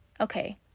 Okay